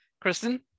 Kristen